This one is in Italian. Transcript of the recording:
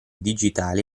digitali